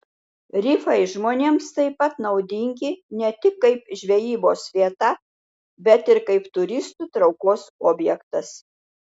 rifai žmonėms taip pat naudingi ne tik kaip žvejybos vieta bet ir kaip turistų traukos objektas